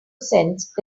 cents